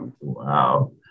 Wow